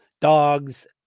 dogs